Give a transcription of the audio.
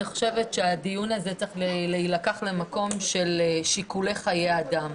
אני חושבת שהדיון הזה צריך להילקח למקום של שיקולי חיי האדם.